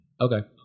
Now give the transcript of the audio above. Okay